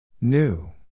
New